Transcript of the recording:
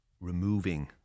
removing